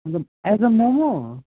हजुर एज अ मोमो